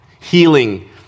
healing